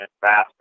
faster